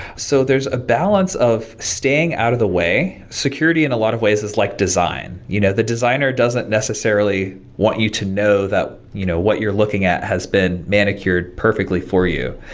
so there's a balance of staying out of the way, security in a lot of ways is like design. you know the designer doesn't necessarily want you to know that you know what you're looking at has been manicured perfectly for you.